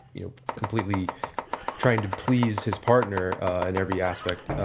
you know, completely trying to please his partner in every aspect,